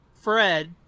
Fred